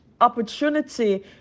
opportunity